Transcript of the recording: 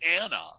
anna